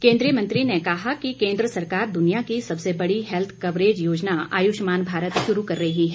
केंद्रीय मंत्री ने कहा कि केंद्र सरकार दुनिया की सबसे बड़ी हेत्थ कवरेज योजना आयुषमान भारत शुरू कर रही है